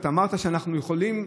אתה אמרת שאנחנו יכולים,